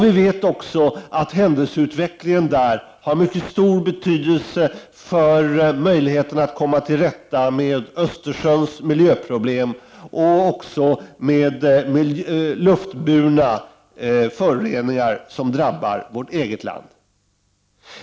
Vi vet också att händelseutvecklingen i dessa länder har mycket stor betydelse för möjligheterna att komma till rätta med Östersjöns miljöproblem och med luftburna föroreningar som drabbar vårt eget land.